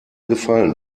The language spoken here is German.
gefallen